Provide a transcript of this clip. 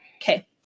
Okay